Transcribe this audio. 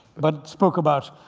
but spoke about,